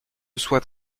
soit